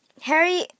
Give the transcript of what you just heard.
Harry